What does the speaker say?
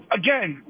again